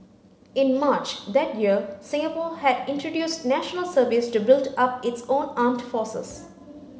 in March that year Singapore had introduced National Service to build up its own armed forces